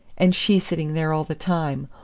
and she sitting there all the time,